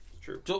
true